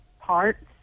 parts